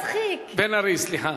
מצחיק, בן-ארי, סליחה.